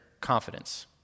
confidence